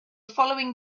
following